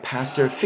Pastor